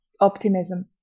optimism